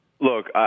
Look